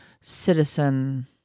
citizen